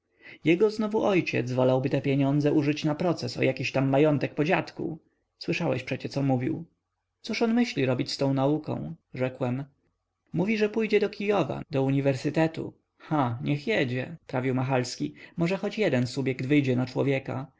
jego znowu ojciec wolałby te pieniądze użyć na proces o jakiś tam majątek po dziadku słyszałeś przecie co mówił cóż on myśli robić z tą nauką rzekłem mówi że pojedzie do kijowa do uniwersytetu ha niech jedzie prawił machalski może choć jeden subjekt wyjdzie na człowieka